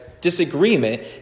disagreement